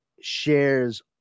shares